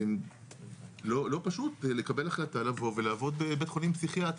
לא פשוט לקבל החלטה לבוא ולעבוד בבי"ח פסיכיאטרי.